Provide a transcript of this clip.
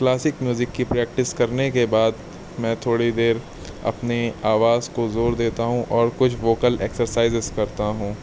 classic music کی practice کرنے کے بعد میں تھوڑی دیر اپنی آواز کو زور دیتا ہوں اور کچھ ووکل ایکسرسائزیز کرتا ہوں